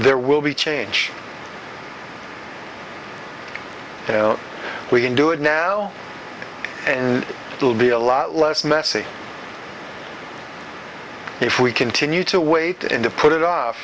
there will be change you know we can do it now and it will be a lot less messy if we continue to wait and to put it